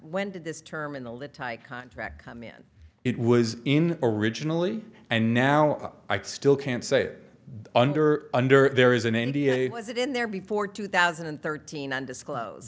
when did this terminal that tie contract come in it was in originally and now i still can't say under under there isn't any was it in there before two thousand and thirteen undisclosed